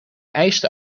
eisten